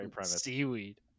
seaweed